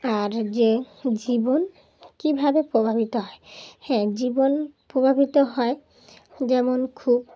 আর যে জীবন কীভাবে প্রভাবিত হয় হ্যাঁ জীবন প্রভাবিত হয় যেমন খুব